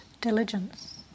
diligence